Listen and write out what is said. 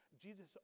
Jesus